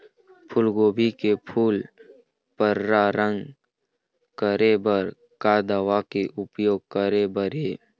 फूलगोभी के फूल पर्रा रंग करे बर का दवा के उपयोग करे बर ये?